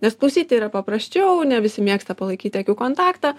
nes klausyti yra paprasčiau ne visi mėgsta palaikyti akių kontaktą